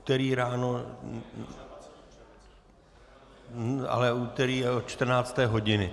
Úterý ráno ale úterý od 14. hodiny.